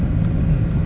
mm